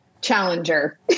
challenger